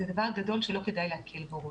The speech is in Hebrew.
זה דבר גדול שלא כדאי להקל בו ראש.